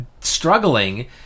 struggling